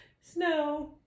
snow